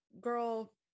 Girl